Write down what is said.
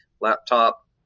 laptop